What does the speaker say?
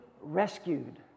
rescued